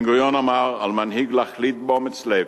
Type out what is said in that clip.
בן-גוריון אמר: ”על מנהיג להחליט באומץ לב,